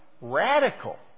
radical